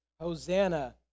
Hosanna